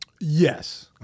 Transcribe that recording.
Yes